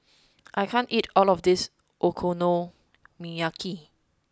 I can't eat all of this Okonomiyaki